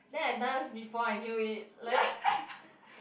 then I dance before I knew it like